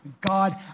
God